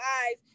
eyes